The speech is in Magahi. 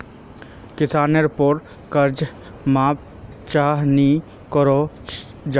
किसानेर पोर कर्ज माप चाँ नी करो जाहा?